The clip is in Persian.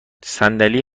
صندلی